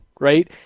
right